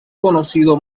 conocido